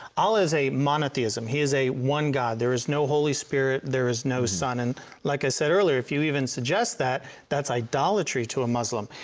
allah is a monotheism he is a one god, there is no holy spirit, there is no son. and like i said earlier if you even suggest that that is idolatry to a muslim.